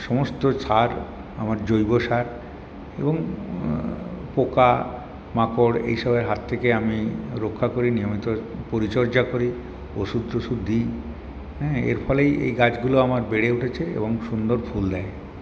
সমস্ত ছাদ আমার জৈব সার এবং পোকামাকড় এইসবের হাত থেকে আমি রক্ষা করি নিয়মিত পরিচর্যা করি ওষুধ টষুধ দিই এর ফলেই এই গাছগুলো আমার বেড়ে উঠেছে এবং সুন্দর ফুল দেয়